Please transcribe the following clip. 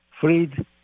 freed